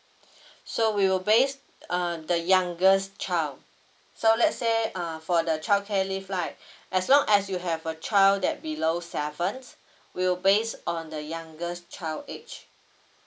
so we will based uh the youngest child so let's say uh for the childcare leave right as long as you have a child that below seven we'll based on the youngest child age